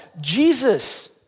Jesus